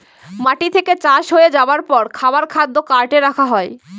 মাটি থেকে চাষ হয়ে যাবার পর খাবার খাদ্য কার্টে রাখা হয়